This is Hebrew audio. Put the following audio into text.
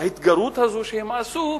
בהתגרות הזו שהם עשו,